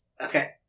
Okay